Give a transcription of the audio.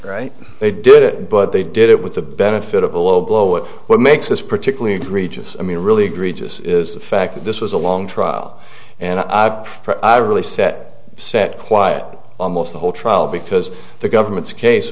right they did it but they did it with the benefit of a low blow what makes this particularly egregious i mean really egregious is the fact that this was a long trial and i i really sat sat quietly almost the whole trial because the government's case